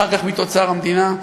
אחר כך מתוצר המדינה,